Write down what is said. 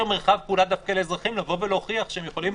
מרחב פעולה לאזרחים לבוא ולהוכיח שהם יכולים